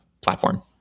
platform